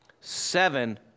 Seven